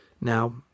Now